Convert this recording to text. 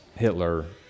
Hitler